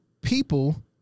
people